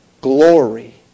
Glory